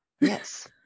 Yes